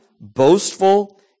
boastful